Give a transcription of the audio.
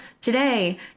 today